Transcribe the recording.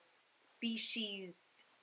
species